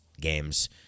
games